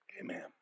Amen